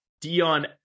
Dion